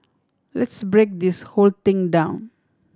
let's break this whole thing down